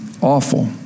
awful